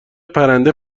پرنده